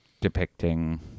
depicting